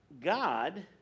god